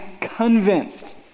convinced